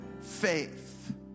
faith